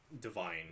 divine